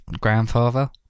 grandfather